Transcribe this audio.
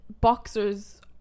boxers